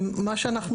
מה שאנחנו